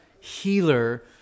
healer